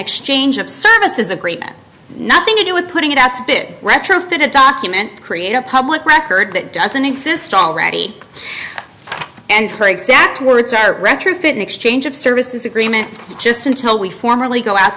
exchange of services agreement nothing to do with putting it out spit retrofit a document create a public record that doesn't exist already and her exact words are retrofit in exchange of services agreement just until we formerly go out